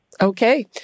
Okay